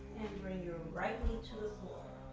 bring your right knee to the floor.